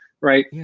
right